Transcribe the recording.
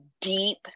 deep